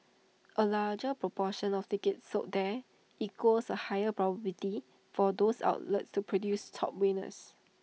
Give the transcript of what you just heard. A larger proportion of tickets sold there equals A higher probability for those outlets to produce top winners